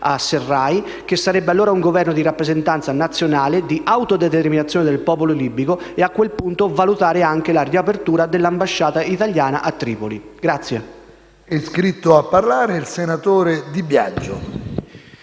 al-Sarraj, che sarebbe allora un Governo di rappresentanza nazionale di autodeterminazione del popolo libico e, a quel punto, valutare anche la riapertura dell'ambasciata italiana a Tripoli. [DI